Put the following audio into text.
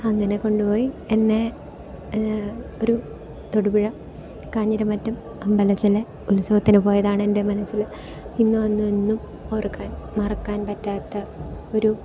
അങ്ങനെ കൊണ്ടുപോയി എന്നെ ഒരു തൊടുപുഴ കാഞ്ഞിരമറ്റം അമ്പലത്തിലെ ഉത്സവത്തിന് പോയതാണ് എൻ്റെ മനസ്സിൽ ഇന്നും അന്നും എന്നും ഓർക്കാൻ മറക്കാൻ പറ്റാത്ത ഒരു